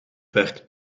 werd